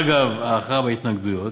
אגב ההכרעה בהתנגדויות,